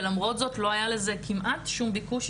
ולמרות זאת לא היה לזה כמעט שום ביקוש.